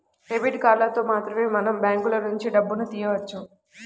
debit కార్డులతో మాత్రమే మనం బ్యాంకులనుంచి డబ్బును తియ్యవచ్చు